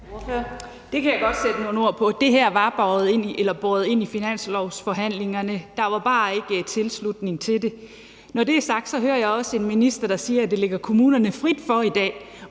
Det kan jeg godt sætte nogle ord på. Det her var båret ind i finanslovsforhandlingerne. Der var bare ikke tilslutning til det. Når det er sagt, hører jeg også en minister, der siger, at det i forvejen ligger kommunerne frit for i dag